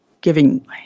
giving